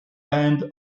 end